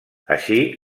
així